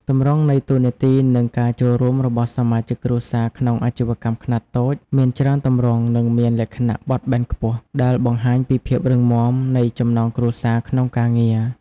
ទម្រង់នៃតួនាទី និងការចូលរួមរបស់សមាជិកគ្រួសារក្នុងអាជីវកម្មខ្នាតតូចមានច្រើនទម្រង់ និងមានលក្ខណៈបត់បែនខ្ពស់ ដែលបង្ហាញពីភាពរឹងមាំនៃចំណងគ្រួសារក្នុងការងារ។